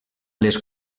les